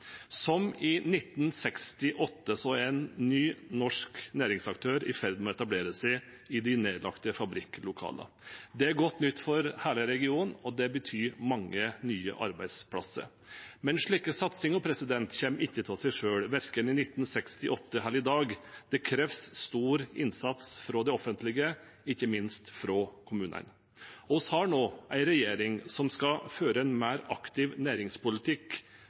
Som i 1968 er en ny norsk næringsaktør i ferd med å etablere seg i de nedlagte fabrikklokalene. Det er godt nytt for hele regionen, og det betyr mange nye arbeidsplasser. Men slike satsinger kommer ikke av seg selv, verken i 1968 eller i dag. Det kreves stor innsats fra det offentlige, ikke minst fra kommunene. Vi har nå en regjering som skal føre en mer aktiv næringspolitikk